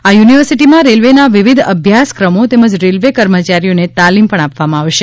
આ યૂનિવર્સિટીમાં રેલ્વેના વિવિધ અભ્યાસક્રમો તેમજ રેલ્વે કર્મચારીઓને તાલિમ પણ આપવામાં આવશે